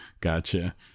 Gotcha